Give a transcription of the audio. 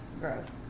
Gross